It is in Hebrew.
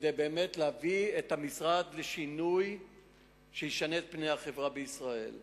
כדי באמת להביא את המשרד לשינוי שישנה את פני החברה בישראל.